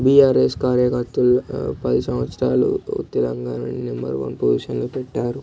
BRS కార్యకర్తలు పది సంవత్సరాలు తెలంగాణని నెంబర్ ఒన్ పొజిషన్లో పెట్టారు